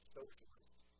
socialists